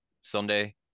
Sunday